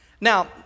Now